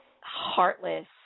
heartless